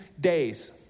days